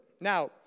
Now